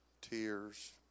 tears